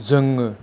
जोङो